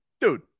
Dude